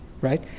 Right